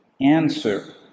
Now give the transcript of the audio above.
answer